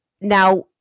now